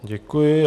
Děkuji.